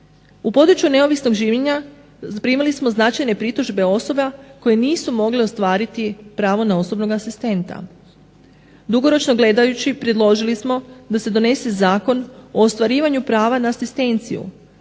U području neovisnog življenja primili smo značajne pritužbe osoba koje nisu mogle ostvariti pravo na osobnog asistenta. Dugoročno gledajući predložili smo da se donese Zakon o ostvarivanju prava na asistenciju